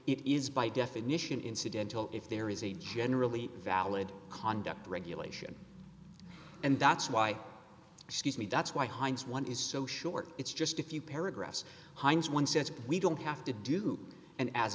it is by definition incidental if there is a generally valid conduct regulation and that's why excuse me that's why hines one is so short it's just a few paragraphs hines one says we don't have to do and as